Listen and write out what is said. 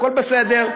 הכול בסדר,